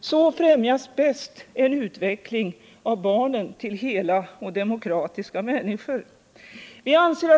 Så främjas bäst en utveckling av barnen till hela och demokratiska människor.